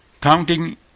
Counting